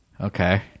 Okay